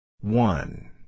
one